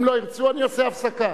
אם לא ירצו, אני אעשה הפסקה.